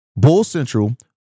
BULLCENTRAL